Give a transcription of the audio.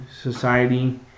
society